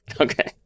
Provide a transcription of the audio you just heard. Okay